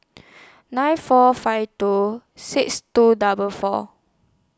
nine four five two six two double four